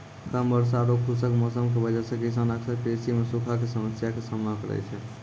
कम वर्षा आरो खुश्क मौसम के वजह स किसान अक्सर कृषि मॅ सूखा के समस्या के सामना करै छै